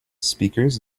speakers